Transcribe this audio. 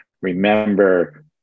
remember